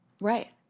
Right